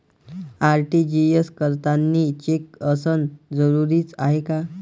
RTGS करतांनी cheque असनं जरुरीच हाय का?